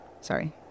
Sorry